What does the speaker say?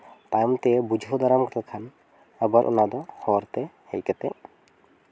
ᱛᱟᱭᱚᱢ ᱛᱮ ᱵᱩᱡᱷᱟᱹᱣ ᱫᱟᱨᱟᱢ ᱞᱮᱠᱷᱟᱱ ᱟᱵᱟᱨ ᱚᱱᱟ ᱫᱚ ᱦᱚᱲᱛᱮ ᱦᱮᱡ ᱠᱟᱛᱮᱫ